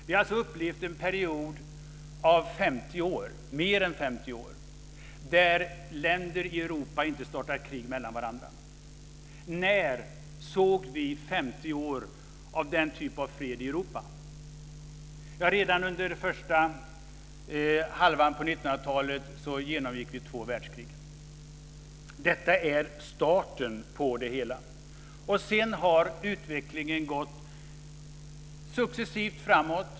Vi har upplevt en period på mer än 50 år där länder i Europa inte har startat krig med varandra. När har vi sett 50 år av den typen av fred i Europa? Redan under första halvan av 1900-talet genomgick vi två världskrig. Detta är starten på det hela. Sedan har utvecklingen gått successivt framåt.